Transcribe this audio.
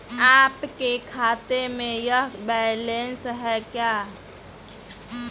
आपके खाते में यह बैलेंस है क्या?